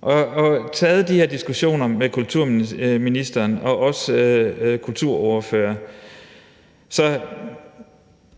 og taget de her diskussioner med kulturministeren og også kulturordførere.